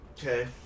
Okay